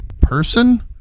person